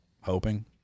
hoping